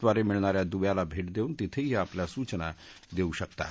द्वारे मिळणाऱ्या दुव्याला भेट देऊन तिथेही आपल्या सूचना देऊ शकतात